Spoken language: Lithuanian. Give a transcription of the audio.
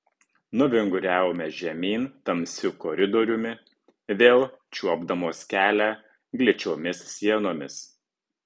nuvinguriavome žemyn tamsiu koridoriumi vėl čiuopdamos kelią gličiomis sienomis